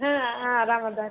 ಹಾಂ ಆರಾಮ ಅದಾರೆ ರೀ